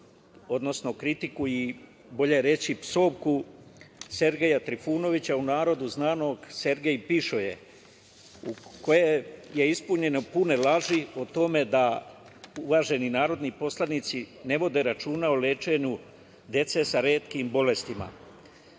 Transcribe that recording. odnosno kritiku, bolje reći psovku Sergeja Trifunovića, u narodu znanog Sergej pišoje, koje je ispunjeno sa puno laži o tome da uvaženi narodni poslanici ne vode računa o lečenju dece sa retkim bolestima.